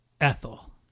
Ethel